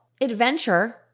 adventure